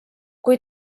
kui